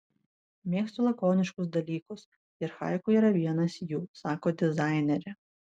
mėgstu lakoniškus dalykus ir haiku yra vienas jų sako dizainerė